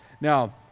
now